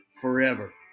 forever